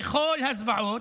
בכל הזוועות,